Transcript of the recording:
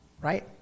Right